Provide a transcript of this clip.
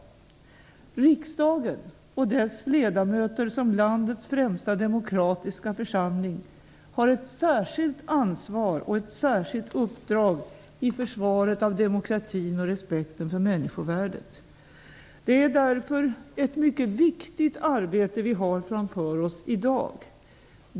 Riksdagen och dess ledamöter som landets främsta demokratiska församling har ett särskilt ansvar och ett särskilt uppdrag i försvaret av demokratin och respekten för människovärdet. Det är därför ett mycket viktigt arbete vi har framför oss i dag.